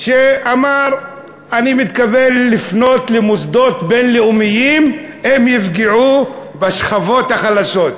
הוא אמר: אני מתכוון לפנות למוסדות בין-לאומיים אם יפגעו בשכבות החלשות.